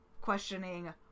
questioning